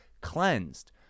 cleansed